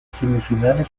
semifinales